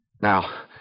Now